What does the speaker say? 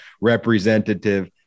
Representative